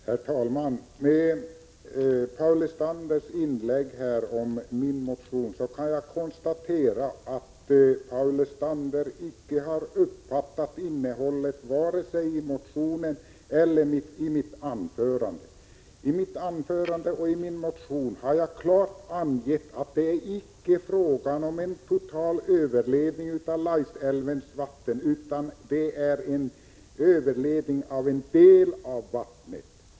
Herr talman! Med anledning av det som Paul Lestander säger i sitt inlägg här om min motion kan jag konstatera att Paul Lestander icke har uppfattat innehållit vare sig i motionen eller i anförandet. I mitt anförande och i motionen anges klart att det icke är fråga om en total överledning av Laisälvens vatten, utan det är fråga om en överledning av en del av vattnet.